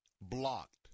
blocked